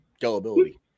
gullibility